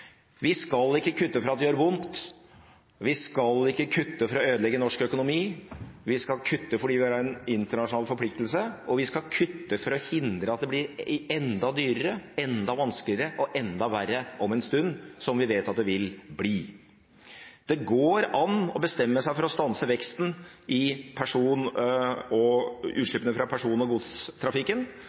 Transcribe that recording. Vi skal ikke kutte for at det skal gjøre vondt. Vi skal ikke kutte for å ødelegge norsk økonomi. Vi skal kutte fordi vi har en internasjonal forpliktelse, og vi skal kutte for å hindre at det blir enda dyrere, enda vanskeligere og enda verre om en stund, som vi vet at det vil bli. Det går an å bestemme seg for å stanse veksten i utslippene fra person- og godstrafikken,